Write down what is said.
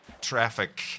traffic